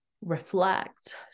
reflect